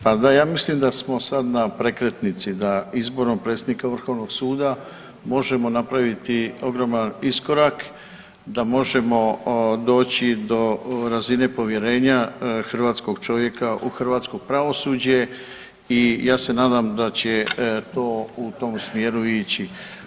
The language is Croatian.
Pa da ja mislim da smo sad na prekretnici, da izborom predsjednika Vrhovnog suda možemo napraviti ogroman iskorak, da možemo doći do razine povjerenja hrvatskog čovjeka u hrvatsko pravosuđe i ja se nadam da će to u tom smjeru ići.